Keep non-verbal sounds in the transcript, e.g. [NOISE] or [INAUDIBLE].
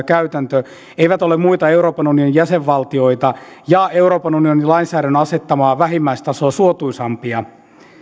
[UNINTELLIGIBLE] käytäntö eivät ole muita euroopan unionin jäsenvaltioita ja euroopan unionin lainsäädännön asettamaa vähimmäistasoa suotuisampia